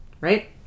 right